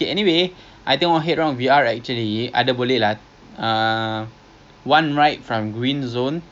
actually we can take cable car I I pun tak pernah naik so if you want we can take the sentosa one just three dollars mah